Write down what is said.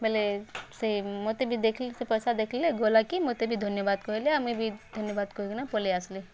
ବଇଲେ ସେ ମୋତେ ବି ଦେଖ୍ଲେ ସେ ପଇସା ଦେଖ୍ଲେ ଗଲା କି ମୋତେ ବି ଧନ୍ୟବାଦ୍ କହିଲେ ଆଉ ମୁଇଁ ବି ଧନ୍ୟବାଦ୍ କହିକିନା ପଲେଇଆସ୍ଲେ